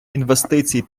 інвестицій